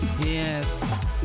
yes